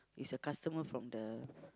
is a customer from the